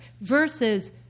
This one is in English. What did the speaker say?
versus